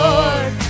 Lord